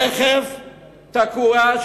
רכב תקוע,